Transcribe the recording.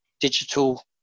digital